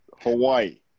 Hawaii